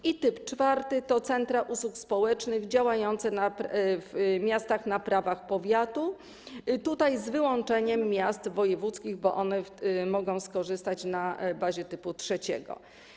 I typ czwarty to centra usług społecznych działające w miastach na prawach powiatu, z wyłączeniem miast wojewódzkich, bo one mogą skorzystać z centrów na bazie typu trzeciego.